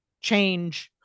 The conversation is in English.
change